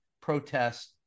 protest